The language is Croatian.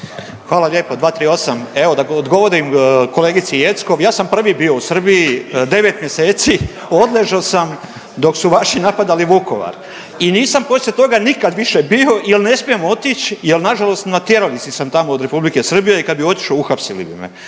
Hvala lijepo. 238. evo da odgovorim kolegici Jeckov. Ja sam prvi bio u Srbiji 9 mjeseci, odležao sam dok su vaši napadali Vukovar i nisam poslije toga nikada više bio jer ne smijem otići jer na žalost na tjeralici sam tamo od Republike Srbije i kada bih otišao uhapsili bi me.